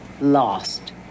lost